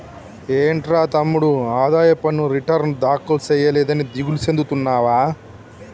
ఏంట్రా తమ్ముడు ఆదాయ పన్ను రిటర్న్ దాఖలు సేయలేదని దిగులు సెందుతున్నావా